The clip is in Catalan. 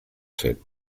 cent